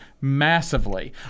massively